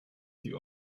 die